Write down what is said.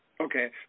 Okay